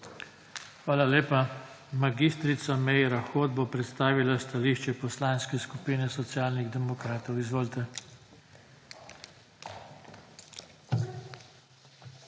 Hvala lepa. Mag. Meira Hot bo predstavila stališče Poslanske skupine Socialnih demokratov. Izvolite.